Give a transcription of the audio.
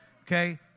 okay